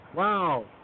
Wow